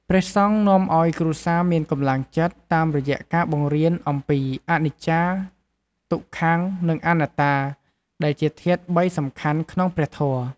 ព្រះសង្ឃនាំឲ្យគ្រួសារមានកម្លាំងចិត្ត តាមរយៈការបង្រៀនអំពីអនិច្ចា ទុក្ខំ និងអនត្តាដែលជាធាតុបីសំខាន់ក្នុងព្រះធម៌។